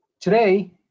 Today